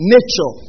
Nature